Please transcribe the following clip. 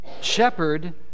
shepherd